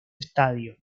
estadio